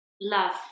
Love